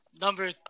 Number